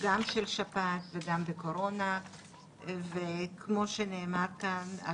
גם של שפעת וגם קורונה וכמו שנאמר כאן,